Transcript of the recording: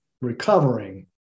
recovering